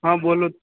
हँ बोलो